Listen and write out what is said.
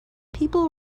people